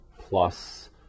plus